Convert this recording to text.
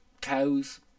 Cows